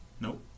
Nope